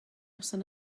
noson